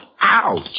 Ouch